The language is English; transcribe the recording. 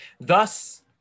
Thus